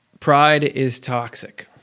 pride is toxic.